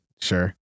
sure